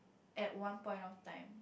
at one point of time